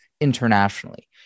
internationally